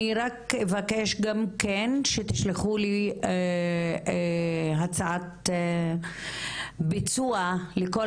אני רק אבקש גם כן שתשלחו לי הצעת ביצוע לכל